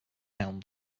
helm